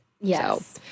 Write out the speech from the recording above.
Yes